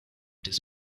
this